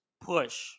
push